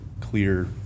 clear